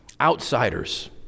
Outsiders